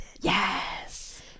yes